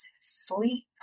sleep